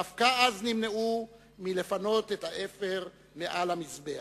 דווקא אז נמנעו מלפנות את האפר מעל המזבח,